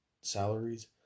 salaries